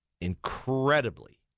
incredibly